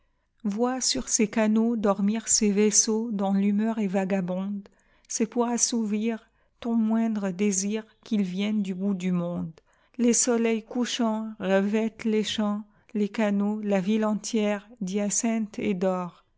vois sur ces canaux dormir ces vaisseauxdont l'humeur est vagabonde c'est pour assouvir ton moindre désirqu'ils viennent du bout du monde les soleils couchants revêtent les champs les canaux la ville entière d'hyacinthe et d'or